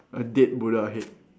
a dead Buddha head